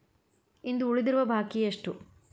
ಇಂದು ಉಳಿದಿರುವ ಬಾಕಿ ಎಷ್ಟು?